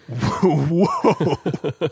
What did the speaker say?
whoa